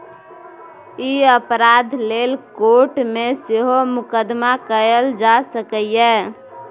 ई अपराध लेल कोर्ट मे सेहो मुकदमा कएल जा सकैए